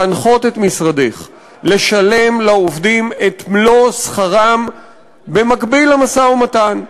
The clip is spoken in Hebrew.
להנחות את משרדך לשלם לעובדים את מלוא שכרם במקביל למשא-ומתן.